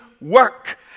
work